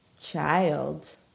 Child